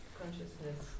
consciousness